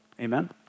Amen